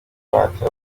bahati